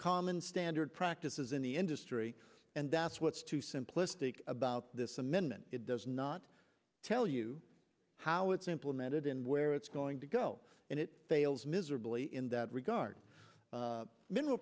common standard practices in the industry and that's what's too simplistic about this amendment it does not tell you how it's implemented and where it's going to go and it fails miserably in that regard